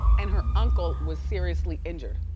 and her uncle was seriously injured.